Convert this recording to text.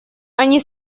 они